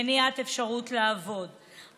מניעת אפשרות לעבוד,